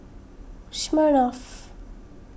Smirnoff